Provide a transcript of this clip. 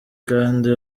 kandi